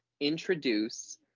introduce